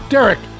Derek